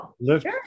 lift